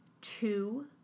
two